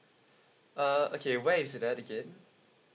uh okay where is the